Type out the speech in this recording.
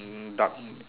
hmm dark